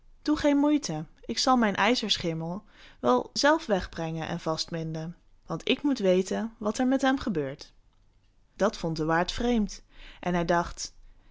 doe geen moeite ik zal mijn ijzer schimmel wel zelf wegbrengen en vastbinden want ik moet weten wat er met hem gebeurt dat vond de waard vreemd en hij dacht